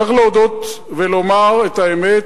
צריך להודות ולומר את האמת,